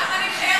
למה את מחייכת?